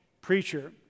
preacher